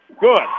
Good